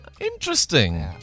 Interesting